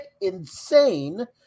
insane